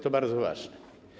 To bardzo ważne.